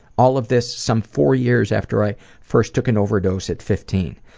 all of this some four years after i first took an overdose at fifteen.